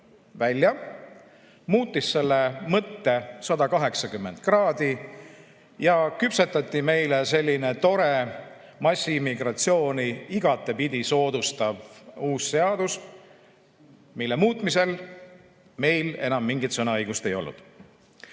välja, muutis selle mõtet 180 kraadi, ja siis küpsetati meile selline tore massiimmigratsiooni igatepidi soodustav uus seadus, mille muutmisel meil enam mingit sõnaõigust ei olnud.